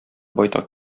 байтак